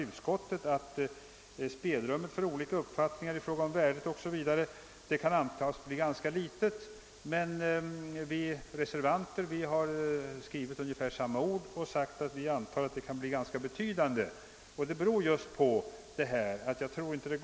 Utskottet säger: »Spelrummet för olika uppfattningar i fråga om värdet kan med hänsyn härtill och till beskaffenheten av den egendom det i allmänhet blir fråga om antas bli ganska litet.» Vi reservanter har helt motsatt uppfattning, vilket vi uttrycker så här: »I praktiken blir spelrummet för olika uppfattningar i värderingsfrågor säkerligen betydande». Denna skillnad beror på att jag inte tror.